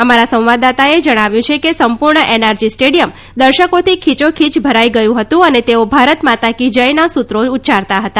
અમારા સંવાદદાતાએ જણાવ્યું છે કે સંપૂર્ણ એનઆરજી સ્ટેડિયમ દર્શકો ખીચોખીચ ભરાઈ ગયું હતું અને તેઓ ભારત માતા કી જયના સૂત્રો ઉચ્ચારતા હતા